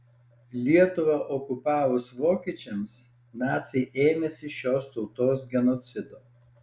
lietuvą okupavus vokiečiams naciai ėmėsi šios tautos genocido